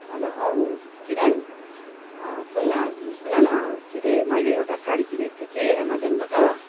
hello औ किरन सुन् न सुन न के अरे मैले एउटा साडी किनेको थिएँ कि एमाजोनबाट